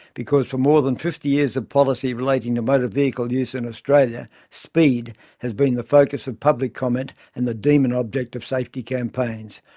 because for more than fifty years of policy relating to motor vehicle use in australia, speed has been the focus of public comment and the demon object of safety campaigns.